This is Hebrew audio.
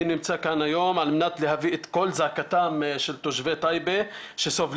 אני נמצא כאן היום על מנת להביא את קול זעקתם של תושבי טייבה שסובלים